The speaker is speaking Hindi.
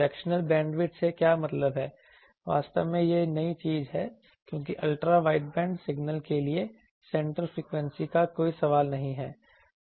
फ्रैक्शनल बैंडविड्थ से क्या मतलब है वास्तव में यह नई चीज है क्योंकि अल्ट्रा वाइडबैंड सिग्नल के लिए सेंटर फ्रीक्वेंसी का कोई सवाल नहीं है